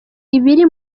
ibiri